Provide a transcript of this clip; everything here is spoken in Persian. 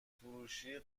فروشی